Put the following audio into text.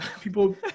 people